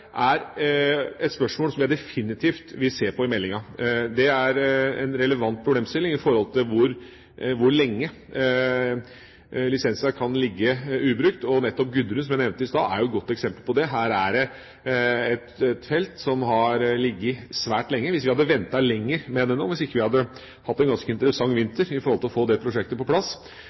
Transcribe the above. er et spørsmål som jeg definitivt vil se på i meldinga. Det er en relevant problemstilling i forhold til hvor lenge lisenser kan ligge ubrukt. Nettopp Gudrun, som jeg nevnte i stad, er et godt eksempel på det. Her er det et felt som har ligget svært lenge. Hvis vi hadde ventet lenger med det, hvis vi ikke hadde hatt en ganske interessant vinter med tanke på å få det prosjektet på plass,